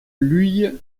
luye